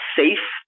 safe